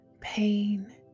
Pain